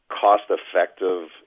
cost-effective